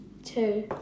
Two